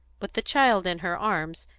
with the child in her arms,